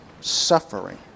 suffering